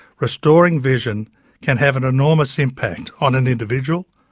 restoring vision can have an enormous impact on an individual,